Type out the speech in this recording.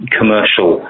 commercial